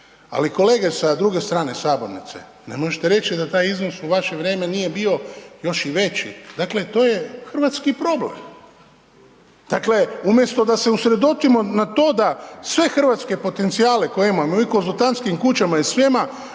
ali kolege sa druge strane sabornice, ne možete reći da taj iznos u vaše vrijeme nije bio još i veći. Dakle, to je hrvatski problem. Dakle umjesto da se usredotočimo na to da sve hrvatske potencijale koje imamo i u konzultantskim kućama i svima